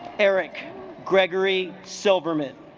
eric gregory silverman